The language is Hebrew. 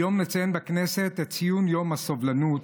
היום נציין בכנסת את יום הסובלנות.